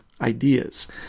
ideas